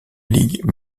ligues